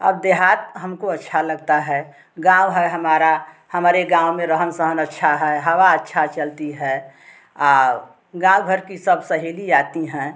अब देहात हमको अच्छा लगता है गाँव है हमारा हमारे गाँव में रहन सहन अच्छा है हवा अच्छा चलती है औ गाँव घर की सब सहेली आती हैं